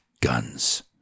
guns